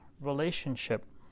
relationship